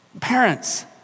Parents